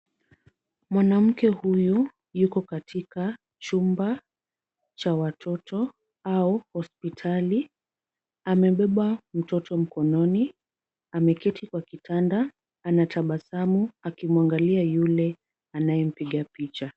Mwanamke huyu yuko katika chumba cha watoto au hospitali. Amebeba mtoto mkononi, ameketi kwa kitanda, anatabasamu akimwangalia yule anayempiga picha.